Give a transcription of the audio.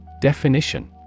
Definition